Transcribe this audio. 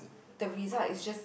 the result is just